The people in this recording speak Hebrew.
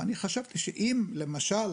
ואני חשבתי שאם למשל